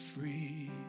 free